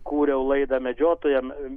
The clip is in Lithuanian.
kūriau laidą medžiotojam